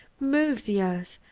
move the earth,